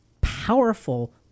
powerful